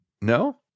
No